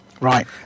right